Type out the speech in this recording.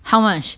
how much